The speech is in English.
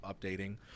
updating